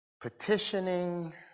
petitioning